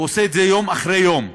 עושה את זה יום אחרי יום,